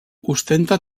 ostenta